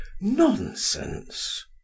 Nonsense